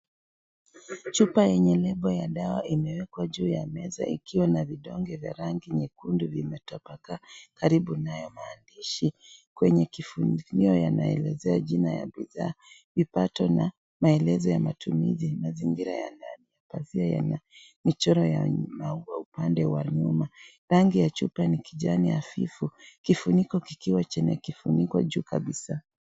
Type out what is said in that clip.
Chupa yenye lebo ya dawa imewekwa juu ya meza ikiwa na vidonge vya rangi nyekundu vimetapakaa karibu nayo maandishi, kwenye kifunikio yanaelezea jina ya bidhaa, vipato na, maelezo ya matumizi, mazingira ya ndani ya pazia yana michoro ya maua upande wa nyuma, rangi ya chupa ni kijani hafifu, kifuniko kikiwa chenye kifuniko juu kabisaa.